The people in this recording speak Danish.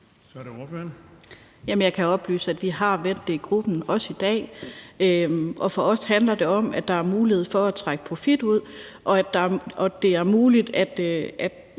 jeg kan oplyse, at vi har vendt det i gruppen også i dag, og for os handler det om, at der er mulighed for at trække profit ud, og at det er muligt, at